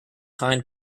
hind